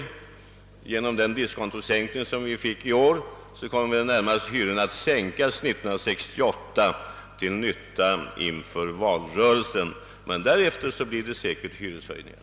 På grund av den diskontosänkning vi fick i år kommer väl hyrorna då snarare att sänkas till nytta för valrörelsen, men därefter blir det säkert hyreshöjningar.